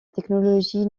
technologie